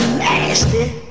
nasty